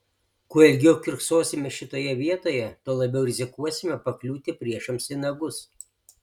kuo ilgiau kiurksosime šitoje vietoje tuo labiau rizikuosime pakliūti priešams į nagus